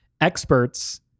Experts